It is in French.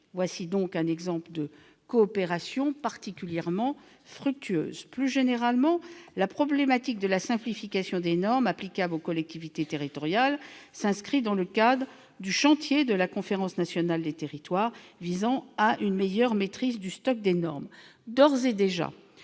Voilà donc un exemple de coopération particulièrement fructueuse. Plus généralement, la problématique de la simplification des normes applicables aux collectivités territoriales s'inscrit dans le cadre du chantier de la Conférence nationale des territoires visant à une meilleure maîtrise du stock des normes. D'ores et déjà,